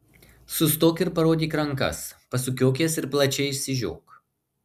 sustok ir parodyk rankas pasukiok jas ir plačiai išsižiok